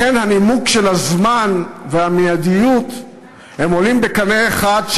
לכן הנימוק של הזמן והמיידיות עולים בקנה אחד,